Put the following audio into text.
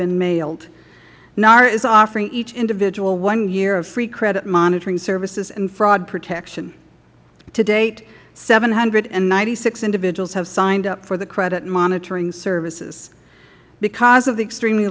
been mailed nara is offering each individual one year of free credit monitoring services and fraud protection to date seven hundred and ninety six individuals have signed up for the credit monitoring services because of the extremely